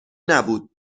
نبود